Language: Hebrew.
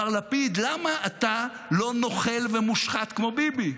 מר לפיד, למה אתה לא נוכל ומושחת כמו ביבי?